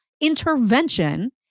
intervention